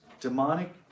demonic